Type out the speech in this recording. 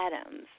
Adams